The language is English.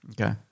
Okay